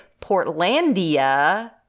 Portlandia